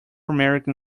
american